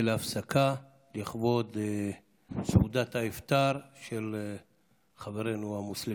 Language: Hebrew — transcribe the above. להפסקה לכבוד סעודת האפטאר של חברינו המוסלמים.